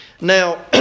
Now